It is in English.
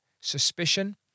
Suspicion